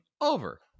over